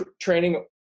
training